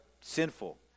sinful